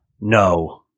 No